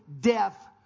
death